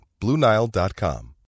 BlueNile.com